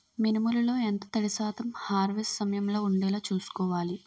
మినుములు లో ఎంత తడి శాతం హార్వెస్ట్ సమయంలో వుండేలా చుస్కోవాలి?